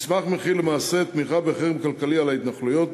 המסמך מכיל למעשה תמיכה בחרם כלכלי על ההתנחלויות,